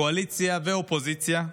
קואליציה ואופוזיציה,